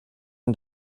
und